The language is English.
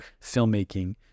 filmmaking